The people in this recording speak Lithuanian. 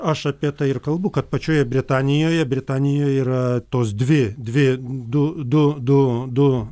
aš apie tai ir kalbu kad pačioje britanijoje britanijoje yra tos dvi dvi du du du du